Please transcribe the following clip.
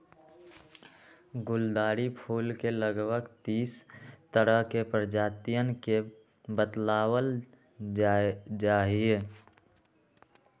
गुलदावरी फूल के लगभग तीस तरह के प्रजातियन के बतलावल जाहई